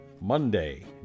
Monday